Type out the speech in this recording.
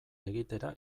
egitera